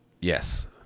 Yes